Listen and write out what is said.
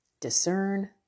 Discern